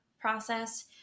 process